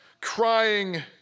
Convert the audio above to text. crying